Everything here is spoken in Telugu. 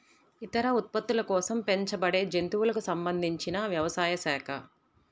ఇతర ఉత్పత్తుల కోసం పెంచబడేజంతువులకు సంబంధించినవ్యవసాయ శాఖ